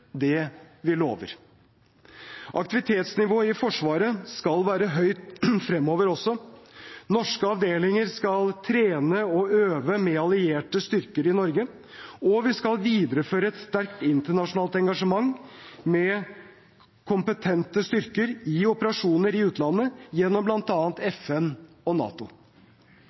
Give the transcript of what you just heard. det vi lover. Aktivitetsnivået i Forsvaret skal være høyt fremover også. Norske avdelinger skal trene og øve med allierte styrker i Norge. Og vi skal videreføre et sterkt internasjonalt engasjement med kompetente styrker i operasjoner i utlandet gjennom bl.a. FN og NATO.